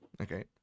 Okay